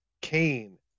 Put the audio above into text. Kane